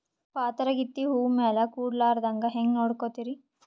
ಪಾತರಗಿತ್ತಿ ಹೂ ಮ್ಯಾಲ ಕೂಡಲಾರ್ದಂಗ ಹೇಂಗ ನೋಡಕೋತಿರಿ?